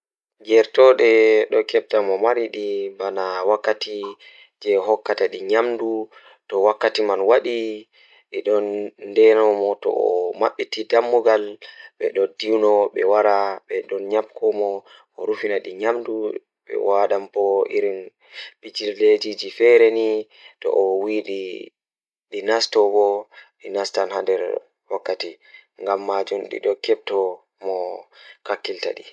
Ceede ɗon sooda seyo masin Ko wonaa ɗum feewi, tawa to no ɓuri fayde e miijeele ndiyam tawa e gollal wootere, kono ɓeɗɗo tigi fuɗɗi ko waɗi faaɗi ɓe neɗɗo. Ɗum waɗi e ndiyam ngal, ko e jeyaaɗe beɓɓe e fowru, kono ko ngoodi fowruɗi. Ɓe ɓuri semtaade hay si tawii njahaange, ɗum waɗi maaɓɓe e ɓe heddii heeɓere jokkude.